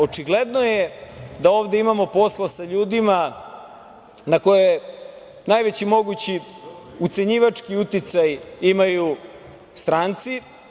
Očigledno je da ovde imamo posla sa ljudima na koje najveći mogući ucenjivački uticaj imaju stranci.